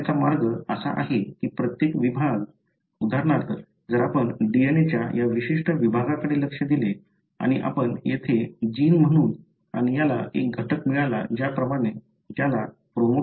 हे करण्याचा मार्ग असा आहे की प्रत्येक विभाग उदाहरणार्थ जर आपण DNA च्या या विशिष्ट विभागाकडे लक्ष दिले आणि आपण येथे जीन म्हणू आणि याला एक घटक मिळाला ज्याला प्रोमोटर म्हणू